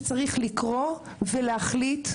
שצריך לקרוא ולהחליט,